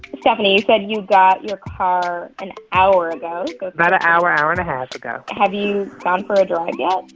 stephanie, you said you got your car an hour ago about an hour, hour and a half ago have you gone for a drive yet?